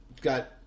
got